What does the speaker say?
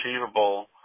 achievable